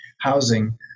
housing